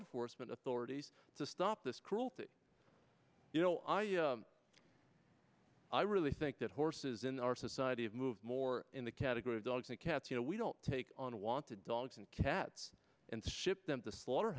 enforcement authorities to stop this cruelty you know i i really think that horses in our society of move more in the category of dogs and cats you know we don't take on want to dogs and cats and ship them to slaughter